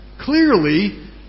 clearly